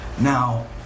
Now